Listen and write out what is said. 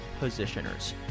positioners